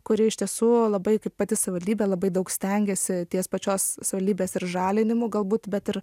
kuri iš tiesų labai kaip pati savivaldybė labai daug stengiasi ties pačios saldybės ir žalinimu galbūt bet ir